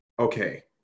okay